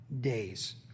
days